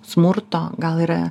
smurto gal yra